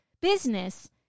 business